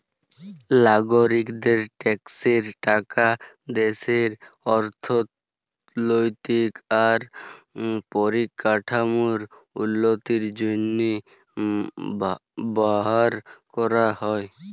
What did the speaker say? লাগরিকদের ট্যাক্সের টাকা দ্যাশের অথ্থলৈতিক আর পরিকাঠামোর উল্লতির জ্যনহে ব্যাভার ক্যরা হ্যয়